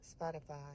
Spotify